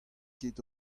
ket